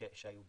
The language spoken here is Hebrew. שהיו בקרן.